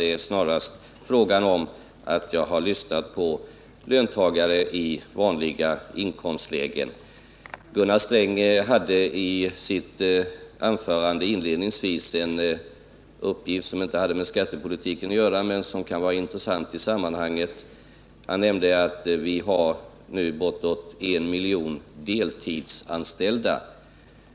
Det är 35 snarast så att jag har lyssnat på löntagare i vanliga inkomstlägen. Gunnar Sträng hade i sitt anförande inledningsvis en uppgift som inte hade med skattepolitiken att göra men som kan vara intressant i sammanhanget. Han nämnde att vi nu har bortåt en miljon deltidsanställda.